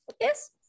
Yes